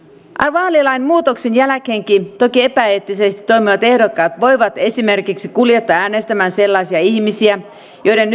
vaalilain muutoksen jälkeenkin toki epäeettisesti toimivat ehdokkaat voivat esimerkiksi kuljettaa sellaisia ihmisiä äänestämään joiden